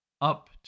up